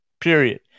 period